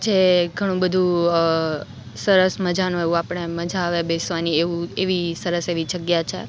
જે ઘણું બધું સરસ મજાનું આપણે એવું મજા આવે બેસવાની એવું એવી સરસ એવી જગ્યા છે